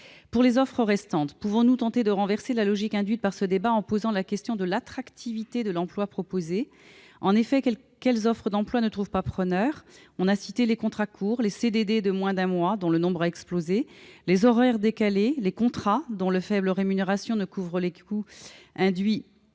Pour les offres restantes, pouvons-nous tenter de renverser la logique induite par ce débat en posant la question de l'attractivité de l'emploi proposé ? En effet, quelles sont les offres d'emplois qui ne trouvent pas preneur ? On a cité les contrats courts, les CDD de moins d'un mois, dont le nombre a explosé, les horaires décalés, les contrats dont la faible rémunération ne couvre pas les coûts induits